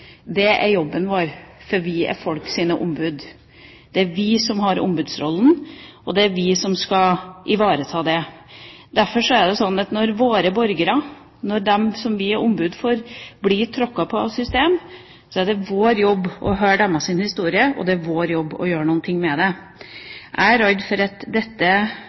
Det er jobben vår, for vi er folks ombud. Det er vi som har ombudsrollen, og det er vi som skal ivareta den. Derfor er det sånn at når våre borgere, når de vi er ombud for, blir tråkket på av systemet, er det vår jobb å høre deres historie, og det er vår jobb å gjøre noe med det. Jeg er redd for at